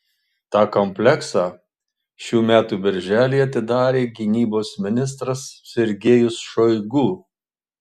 tą kompleksą šių metų birželį atidarė gynybos ministras sergejus šoigu